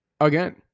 again